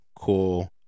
cool